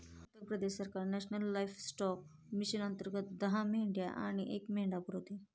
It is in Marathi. उत्तर प्रदेश सरकार नॅशनल लाइफस्टॉक मिशन अंतर्गत दहा मेंढ्या आणि एक मेंढा पुरवते